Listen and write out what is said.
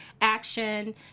action